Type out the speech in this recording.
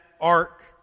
ark